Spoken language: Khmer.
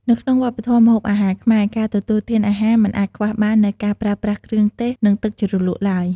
នៅក្នុងវប្បធម៌ម្ហូបអាហារខ្មែរ ការទទួលទានអាហារមិនអាចខ្វះបាននូវការប្រើប្រាស់គ្រឿងទេស និងទឹកជ្រលក់ឡើយ។